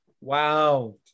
wow